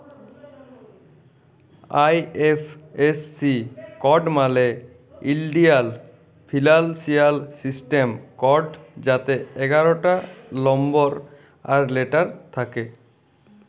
IFSC code মালে ইলডিয়াল financial system code যাতে এগারটা লম্বর আর লেটার থ্যাকে